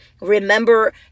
remember